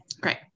great